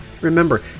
Remember